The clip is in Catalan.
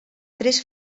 tres